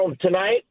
tonight